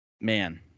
Man